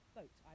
vote